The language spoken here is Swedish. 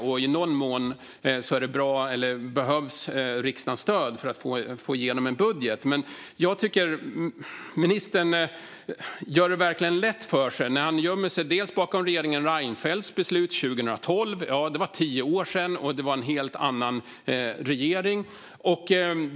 I någon mån behövs riksdagens stöd för att få igenom en budget. Men ministern gör det lätt för sig när han dels gömmer sig bakom regeringen Reinfeldts beslut 2012. Det var tio år sedan och en helt annan regering.